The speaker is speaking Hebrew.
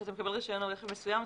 כשאתה מקבל רישיון על רכב מסוים,